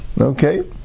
Okay